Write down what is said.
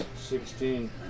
Sixteen